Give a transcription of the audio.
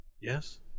Yes